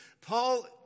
Paul